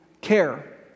care